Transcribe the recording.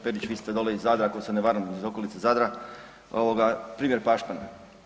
Perić vi ste dole iz Zadra, ako se ne varam iz okolice Zadra ovoga primjer Pašmana.